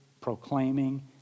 proclaiming